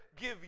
give